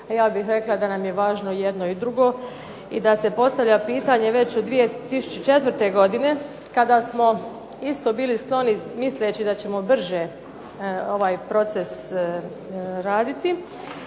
ja bih rekla da nam je važno jedno i drugo i da se postavlja pitanje već od 2004. godine kada smo isto bili skloni misleći da ćemo brže ovaj proces raditi,